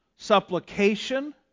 supplication